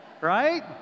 Right